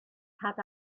had